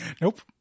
nope